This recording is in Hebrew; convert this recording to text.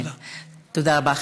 תודה רבה.